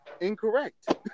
Incorrect